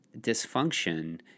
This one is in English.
dysfunction